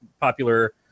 popular